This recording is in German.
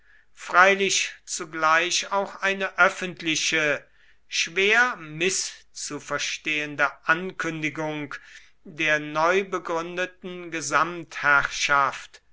freilich zugleich auch eine öffentliche schwer mißzuverstehende ankündigung der neubegründeten